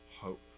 hope